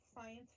science